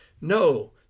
No